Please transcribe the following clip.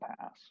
pass